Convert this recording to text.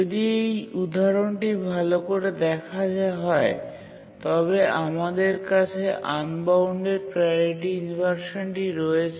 যদি এই উদাহরণটি ভাল করে দেখা হয় তবে আমাদের কাছে আনবাউন্ডেড প্রাওরিটি ইনভারসানটি রয়েছে